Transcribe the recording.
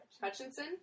Hutchinson